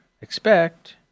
expect